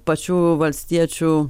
pačių valstiečių